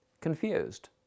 confused